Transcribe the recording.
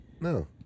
No